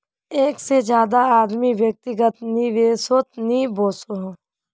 एक से ज्यादा आदमी व्यक्तिगत निवेसोत नि वोसोह